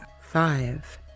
Five